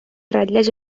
ratlles